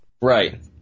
Right